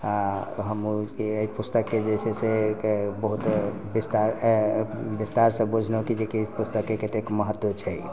आ हम एहि पुस्तक के जे छै एक बहुत विस्तार से बुझलहुॅं की जेकि ई पुस्तक के कते महत्व छै